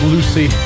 Lucy